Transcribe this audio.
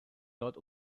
dort